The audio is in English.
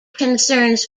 concerns